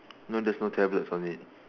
no there's no tablets on it